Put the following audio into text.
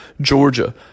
Georgia